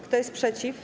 Kto jest przeciw?